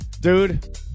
Dude